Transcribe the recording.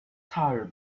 tire